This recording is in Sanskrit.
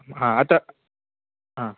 हा अतः हा